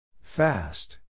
Fast